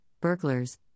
burglars